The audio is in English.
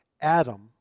Adam